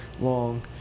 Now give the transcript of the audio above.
long